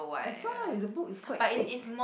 I saw it's the book is quite thick